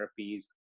therapies